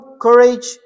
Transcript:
courage